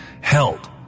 held